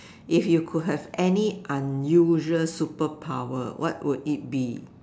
if you could have any unusual superpower what would it be